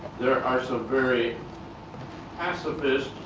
there are some very pacifist